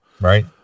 right